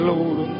Lord